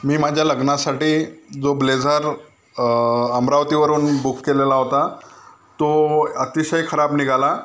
मी माझ्या लग्नासाठी जो ब्लेजर अमरावतीवरुन बुक केलेला होता तो अतिशय खराब निघाला